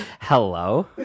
Hello